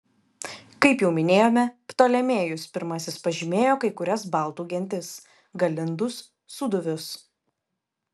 kaip jau minėjome ptolemėjus pirmasis pažymėjo kai kurias baltų gentis galindus sūduvius